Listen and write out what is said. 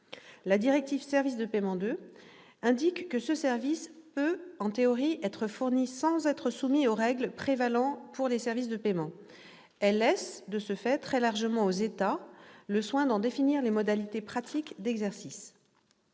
La directive « services de paiement 2 » indique que ce service peut, en théorie, être fourni sans être soumis aux règles prévalant pour les services de paiement. Elle laisse de fait très largement aux États le soin d'en définir les modalités pratiques d'exercice.